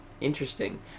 Interesting